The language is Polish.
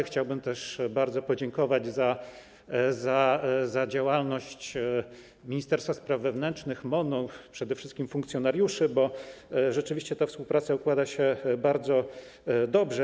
Chciałbym też bardzo podziękować za działalność Ministerstwa Spraw Wewnętrznych, MON-u, przede wszystkim funkcjonariuszy, bo rzeczywiście ta współpraca układa się bardzo dobrze.